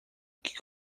que